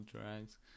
drags